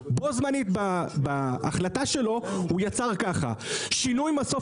בו זמנית בהחלטה שלו הוא יצר ככה: שינוי מסוף